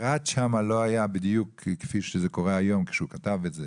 פרט שם לא היה בדיוק כפי שזה קורה היום שהוא כתב את זה